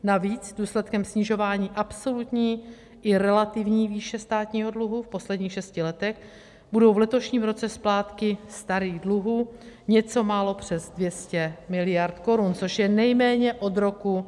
Navíc důsledkem snižování absolutní i relativní výše státního dluhu v posledních šesti letech budou v letošním roce splátky starých dluhů něco málo přes 200 mld. korun, což je nejméně od roku 2010.